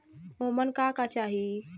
ओमन का का चाही?